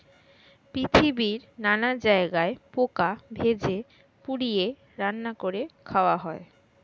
পৃথিবীর নানা জায়গায় পোকা ভেজে, পুড়িয়ে, রান্না করে খাওয়া হয়